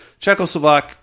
Czechoslovak